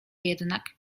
jednak